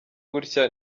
gutya